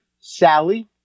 Sally